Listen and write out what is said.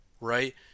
right